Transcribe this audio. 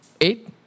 Eight